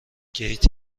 گیت